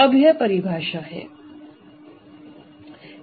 अब यह परिभाषा है